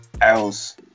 else